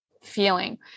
feeling